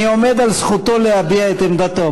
אני עומד על זכותו להביע את עמדתו.